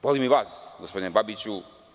Volim i vas, gospodine Babiću.